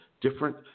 different